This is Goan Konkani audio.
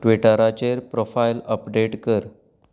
ट्विटराचेर प्रोफायल अपडेट कर